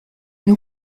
une